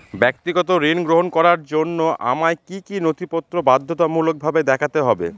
ব্যক্তিগত ঋণ গ্রহণ করার জন্য আমায় কি কী নথিপত্র বাধ্যতামূলকভাবে দেখাতে হবে?